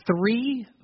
three